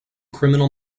criminal